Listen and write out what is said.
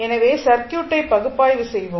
எனவே சர்க்யூட்டை பகுப்பாய்வு செய்வோம்